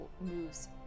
moves